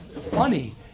funny